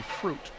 fruit